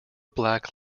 black